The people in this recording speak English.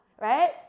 right